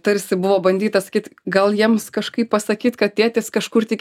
tarsi buvo bandyta sakyt gal jiems kažkaip pasakyt kad tėtis kažkur tik